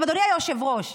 אדוני היושב-ראש,